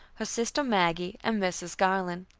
her sister maggie, and mrs. garland.